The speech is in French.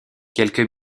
quelques